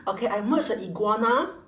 okay I merge a iguana